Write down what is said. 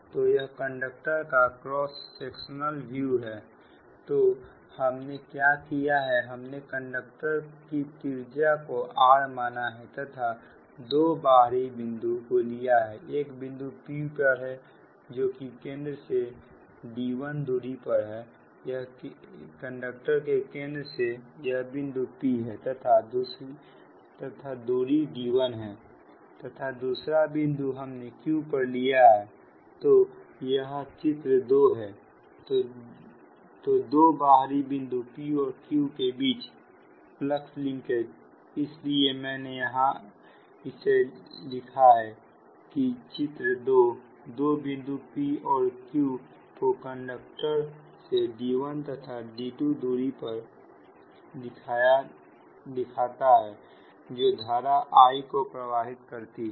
तो यह कंडक्टर का क्रॉस सेक्शनल व्यू है तो हमने क्या लिया है हमने कंडक्टर की त्रिज्या को r माना है तथा दो बाहरी बिंदु को लिया है एक बिंदु p पर है जो कि केंद्र से D1 दूरी पर है यह कंडक्टर के केंद्र से यह बिंदु p तक दूरी D1 है तथा दूसरा बिंदु हमने q पर लिया है तो यह चित्र दो है तो दो बाहरी बिंदु p और q के बीच फलक्स लिंकेज इसीलिए मैंने यहां इसे लिखा है की चित्र दो दो बिंदु p और q को कंडक्टर से D1 तथा D2 की दूरी पर दिखाता है जो धारा I को प्रवाहित करती है